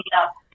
up